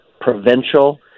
provincial